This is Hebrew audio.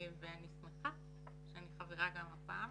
ואני שמחה שאני חברה גם הפעם.